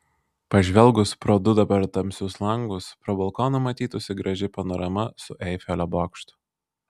pažvelgus pro du dabar tamsius langus pro balkoną matytųsi graži panorama su eifelio bokštu